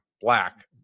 black